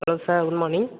hello sir good morning